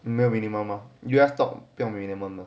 没有 minimum ah U_S stock 不用 minimum